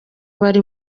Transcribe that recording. bari